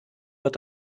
wird